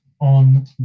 on